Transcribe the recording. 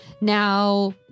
Now